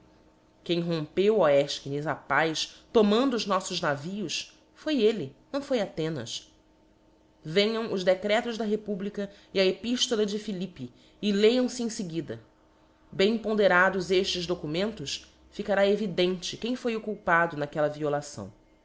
quem rompeu ó efchines a paz tomando os noítos navios foi elle não foi athenas venham os decretos da republica e a epiftola de philippe e lêam fe em feguida bem ponderados eftes documentos ficará evidente quem foi o culpado naquella violação